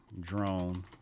drone